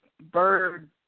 bird